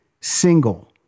single